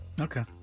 Okay